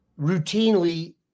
Routinely